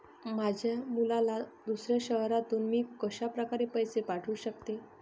माझ्या मुलाला दुसऱ्या शहरातून मी कशाप्रकारे पैसे पाठवू शकते?